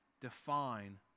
define